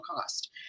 cost